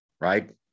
right